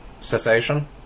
cessation